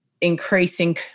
increasing